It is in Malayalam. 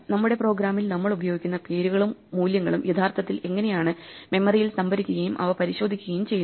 നമ്മുടെ പ്രോഗ്രാമിൽ നമ്മൾ ഉപയോഗിക്കുന്ന പേരുകളും മൂല്യങ്ങളും യഥാർത്ഥത്തിൽ എങ്ങിനെയാണ് മെമ്മറിയിൽ സംഭരിക്കുകയും അവ പരിശോധിക്കുകയും ചെയ്യുന്നത്